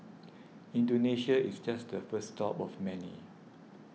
Indonesia is just the first stop of many